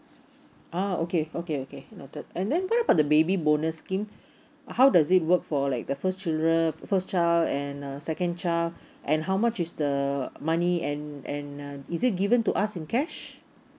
uh okay okay okay noted and then what about the baby bonus scheme how does it work for like the first children first child and a second child and how much is the money and and uh is it given to us in cash